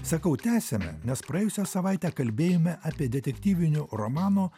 sakau tęsiame nes praėjusią savaitę kalbėjome apie detektyvinių romanų